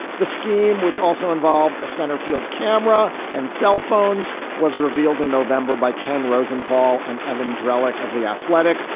the scheme, which also involved a centerfield camera and cell phones, was revealed in november by ken rosenthal and evan dreadlock of the athletic,